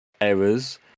errors